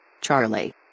Charlie